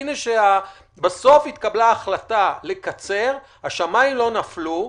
והנה, כשבסוף התקבלה החלטה לקצר, השמיים לא נפלו,